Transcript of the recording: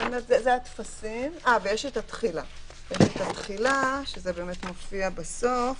יש את סעיף התחילה שבאמת מופיע בסוף.